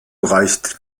reicht